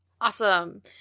Awesome